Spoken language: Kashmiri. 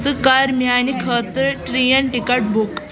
ژٕ کر میانہِ خٲطرٕ ٹرین ٹکٹ بُک